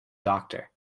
doctor